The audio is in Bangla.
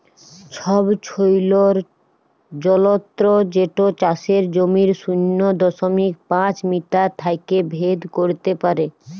ছবছৈলর যলত্র যেট চাষের জমির শূন্য দশমিক পাঁচ মিটার থ্যাইকে ভেদ ক্যইরতে পারে